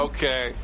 Okay